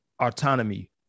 autonomy